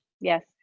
Yes